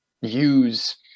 use